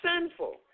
sinful